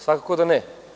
Svakako da ne.